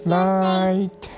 night